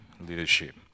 leadership